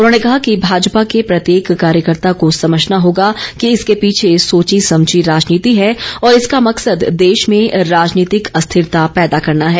उन्होंने कहा कि भाजपा के प्रत्येक कार्यकर्ता को समझना होगा कि इसके पीछे सोची समझी राजनीति है और इसका मकसद देश में राजनीतिक अस्थिरता पैदा करना है